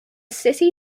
city